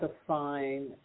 define